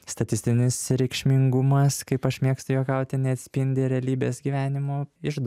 statistinis reikšmingumas kaip aš mėgstu juokauti neatspindi realybės gyvenimo iždo